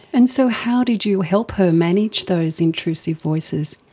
and so how did you help her manage those intrusive voices?